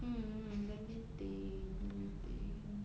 hmm let me think let me think